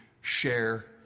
share